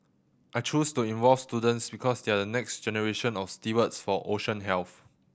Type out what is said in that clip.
I chose to involve students because they are the next generation of stewards for ocean health